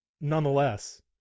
Nonetheless